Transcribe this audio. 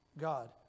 God